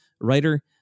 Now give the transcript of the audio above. writer